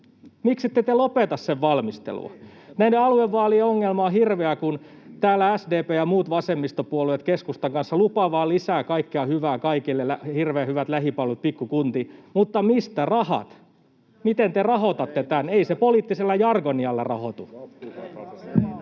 Miksi te ette lopeta sen valmistelua? Näiden aluevaalien ongelma on hirveä, kun täällä SDP ja muut vasemmistopuolueet keskustan kanssa lupaavat vain lisää kaikkea hyvää kaikille, hirveän hyvät lähipalvelut pikkukuntiin, mutta mistä rahat? Miten te rahoitatte tämän? Ei se poliittisella jargonilla rahoitu.